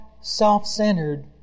self-centered